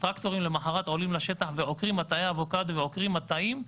למחרת הטרקטורים עולים לשטח ועוקרים מטעי אבוקדו ועוקרים מטעים,